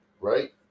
right